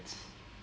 that's good